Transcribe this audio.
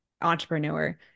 entrepreneur